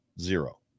zero